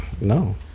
No